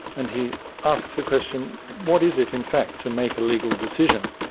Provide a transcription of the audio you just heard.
and he asks the question, what is it in fact, to make a legal decision?